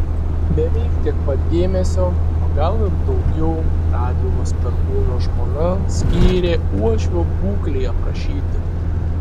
beveik tiek pat dėmesio o gal ir daugiau radvilos perkūno žmona skyrė uošvio būklei aprašyti